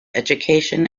education